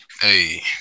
Hey